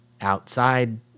outside